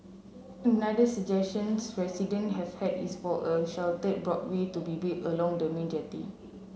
another suggestions resident have had is for a sheltered boardwalk to be built along the main jetty